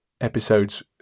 episodes